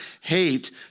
hate